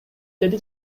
деди